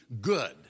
good